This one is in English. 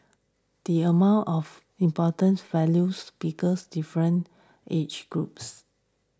the among of important values because difference age groups